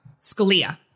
Scalia